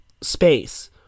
space